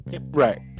Right